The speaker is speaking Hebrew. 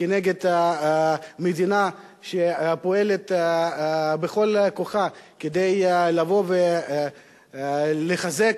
נגד המדינה שפועלת בכל כוחה כדי לבוא ולחזק